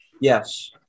Yes